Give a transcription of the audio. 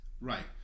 Right